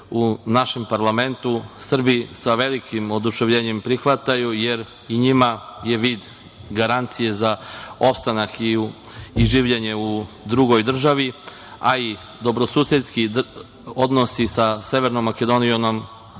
u našem parlamentu Srbi sa velikim oduševljenjem prihvataju, jer i njima je vid garancije za opstanak i življenje u drugoj državi, a i dobrosusedski odnosi sa Severnom Makedonijom